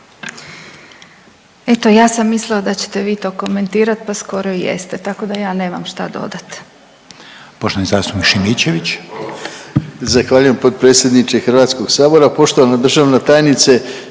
Eto ja sam mislila da ćete vi to komentirati, pa skoro i jeste, tako da ja nemam šta dodati.